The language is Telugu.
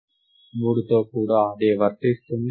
3తో కూడా అదే వర్తిస్తుంది